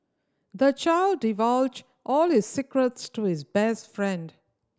the child divulged all his secrets to his best friend